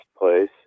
place